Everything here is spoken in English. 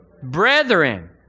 brethren